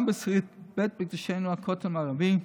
גם בשריד בית מקדשנו, הכותל המערבי,